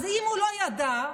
אם הוא לא ידע,